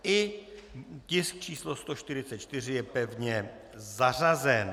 I tisk číslo 144 je pevně zařazen.